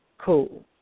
Cool